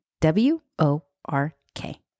W-O-R-K